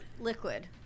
liquid